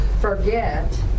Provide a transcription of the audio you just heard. forget